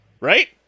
Right